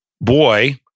boy